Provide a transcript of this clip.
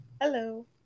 hello